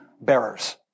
bearers